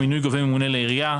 מינוי גובה ממונה לעירייה,